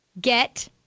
get